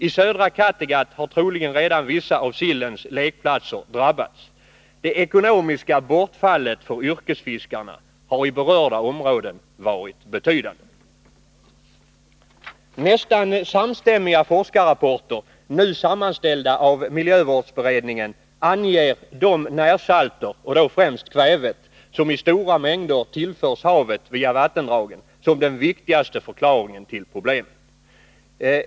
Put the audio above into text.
I södra Kattegatt har troligen redan vissa av sillens lekplatser drabbats. Det ekonomiska bortfallet för yrkesfiskarna har i berörda områden varit betydande. Nästan samstämmiga forskarrapporter, nu sammanställda av miljövårdsberedningen, anger de närsalter, och då främst kvävet, som i stora mängder tillförs havet via vattendragen som den viktigaste förklaringen till problemen.